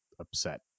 upset